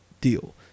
deal